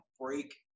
break